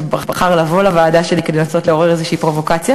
שבחר לבוא לוועדה שלי כדי לנסות לעורר איזו פרובוקציה.